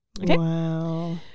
Wow